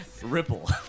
Ripple